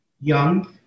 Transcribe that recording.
young